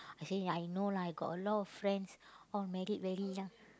I say I know lah I got a lot of friends all married very young